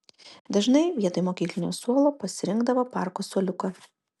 dažnai vietoj mokyklinio suolo pasirinkdavo parko suoliuką